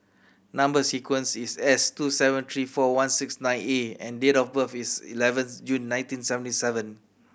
number sequence is S two seven three four one six nine A and date of birth is eleventh June nineteen seventy seven